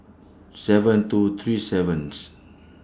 seven two three seventh